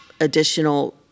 additional